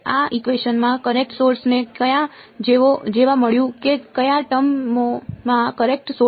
આ ઇકવેશનમાં current source ને ક્યાં જોવા મળ્યું કે કયા ટર્મ ોમાં કરેંટ સોર્સ છે